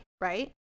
right